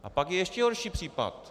A pak je ještě horší případ.